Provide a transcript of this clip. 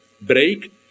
break